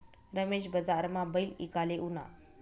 रमेश बजारमा बैल ईकाले ऊना